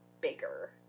bigger